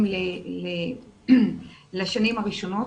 לשנים הראשונות.